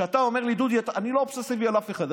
כשאתה אומר לי: דודי, אני לא אובססיבי על אף אחד.